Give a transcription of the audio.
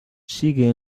sigue